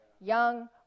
Young